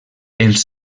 els